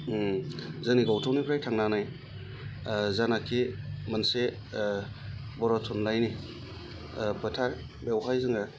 जोंनि गौथुमनिफ्राय थांनानै जायनाखि मोनसे बर' थुनलाइनि फोथार बेवहाय जोङो